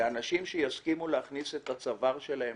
ואנשים שיסכימו להכניס את הצוואר שלהם